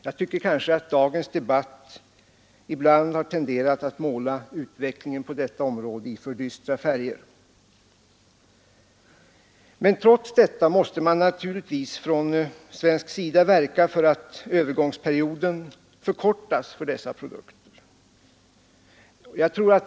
Jag tycker att dagens debatt ibland har tenderat att måla utv dessa områden i för dystra färger. Naturligtvis måste man från svensk sida verka för att övergångsperioden för dessa produkter skall förkortas.